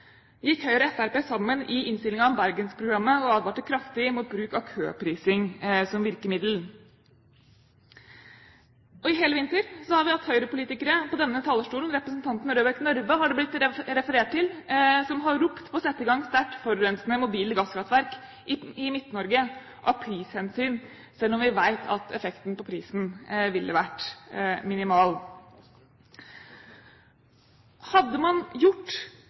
gikk Høyre og Fremskrittspartiet sammen i innstillingen om Bergensprogrammet og advarte kraftig mot bruk av køprising som virkemiddel. I hele vinter har vi hatt Høyre-politikere på denne talerstolen – representanten Røbekk Nørve har det blitt referert til – som har ropt på å sette i gang sterkt forurensende mobile gasskraftverk i Midt-Norge av prishensyn, selv om vi vet at effekten på prisen ville vært minimal. Hadde man gjort